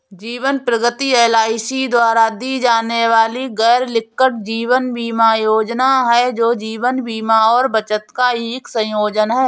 जीवन प्रगति एल.आई.सी द्वारा दी जाने वाली गैरलिंक्ड जीवन बीमा योजना है, जो जीवन बीमा और बचत का एक संयोजन है